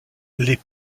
les